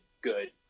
good